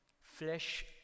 flesh